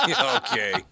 Okay